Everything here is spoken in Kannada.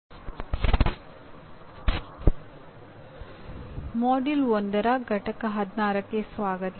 ಪಠ್ಯಕ್ರಮ 1 ರ ಪಠ್ಯ 16 ಕ್ಕೆ ಸ್ವಾಗತ